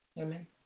Amen